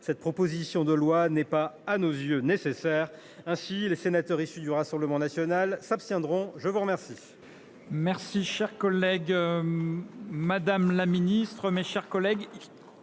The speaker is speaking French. cette proposition de loi n’est pas, à nos yeux, nécessaire. Ainsi, les sénateurs issus du Rassemblement national s’abstiendront. Madame